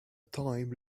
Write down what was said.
time